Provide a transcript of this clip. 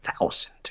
Thousand